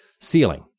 Ceiling